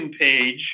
page